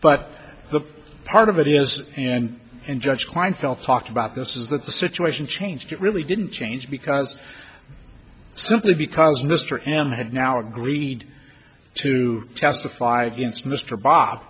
but part of it is and in judge kleinfeld talk about this is that the situation changed it really didn't change because simply because mr m had now agreed to testify against mr bob